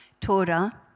Torah